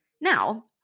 now